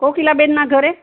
કોકિલા બેનના ઘરે